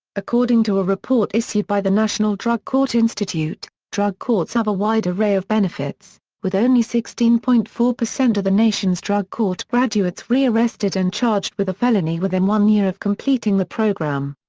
according to a report issued by the national drug court institute, drug courts have a wide array of benefits, with only sixteen point four percent of the nation's drug court graduates rearrested and charged with a felony within one year of completing the program.